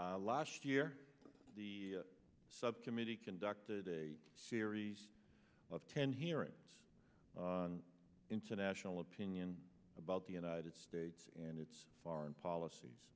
e last year the subcommittee conducted a series of ten hearings on international opinion about the united states and its foreign